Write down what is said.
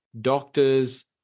doctors